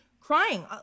crying